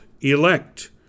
elect